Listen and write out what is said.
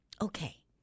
Okay